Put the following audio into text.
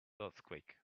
earthquake